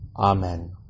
Amen